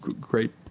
great